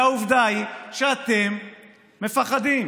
והעובדה היא שאתם מפחדים.